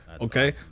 okay